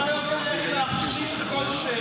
אתה יודע איך להכשיר כל שרץ.